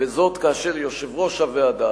וזאת כאשר יושב-ראש הוועדה,